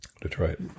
Detroit